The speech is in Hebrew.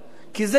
כי זה הגיוני.